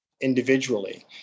individually